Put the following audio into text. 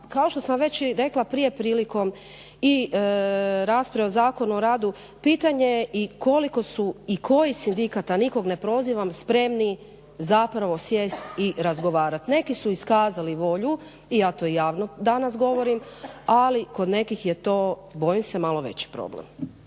kao što sam veći i rekla prije prilikom i rasprave o Zakonu o radu, pitanje je i koliko su i koji sindikat a nikoga ne prozivam spremni zapravo sjesti i razgovarati. Neki su iskazali volju i ja to javno danas govorim ali kod nekih je to bojim se malo veći problem.